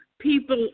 people